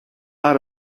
out